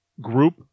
group